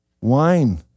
wine